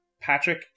Patrick